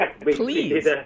Please